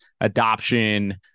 adoption